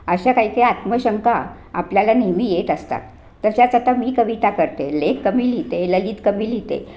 अशा काय काय आत्मशंका आपल्याला नेहमी येत असतात तशाच आता मी कविता करते लेख कमी लिहिते ललित कमी लिहिते